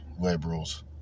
Liberals